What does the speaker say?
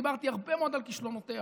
דיברתי הרבה מאוד על כישלונותיה.